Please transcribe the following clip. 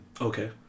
okay